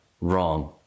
wrong